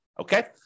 Okay